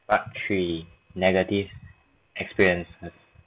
part three negative experiences